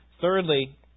Thirdly